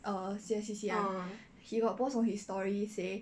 err C_S_C_C [one] he got post on his story say